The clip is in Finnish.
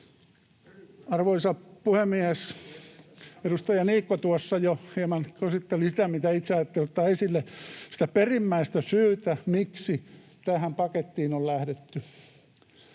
Arvoisa puhemies! Edustaja Niikko jo hieman käsitteli sitä, mitä itse ajattelin ottaa esille, sitä perimmäistä syytä, miksi tähän pakettiin on lähdetty.